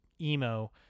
emo